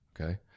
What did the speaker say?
Okay